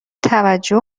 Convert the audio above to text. توجه